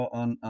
on